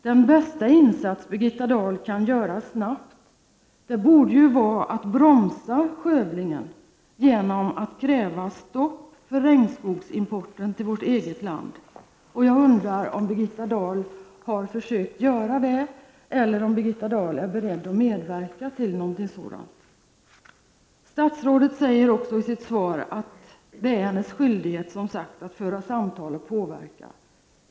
Den bästa insats Birgitta Dahl kan göra snabbt borde vara att bromsa skövlingen genom att kräva stopp för regnskogsimporten till vårt eget land. Jag undar om Birgitta Dahl har försökt göra det eller om hon är beredd att medverka till någonting sådant. Statsrådet säger också i sitt svar att det är hennes skyldighet att föra samtal och påverka.